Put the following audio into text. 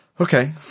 okay